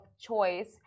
Choice